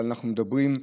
אבל אנחנו מדברים,